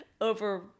over